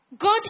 God